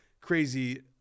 crazy